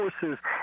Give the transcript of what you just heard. forces